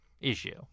issue